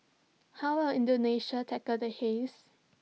how will Indonesia tackle the haze